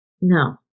No